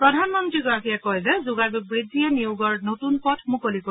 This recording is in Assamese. প্ৰধানমন্ত্ৰীগৰাকীয়ে কয় যে যোগাযোগ বৃদ্ধিয়ে নিয়োগৰ নতুন পথ মুকলি কৰিব